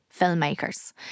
filmmakers